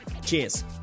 Cheers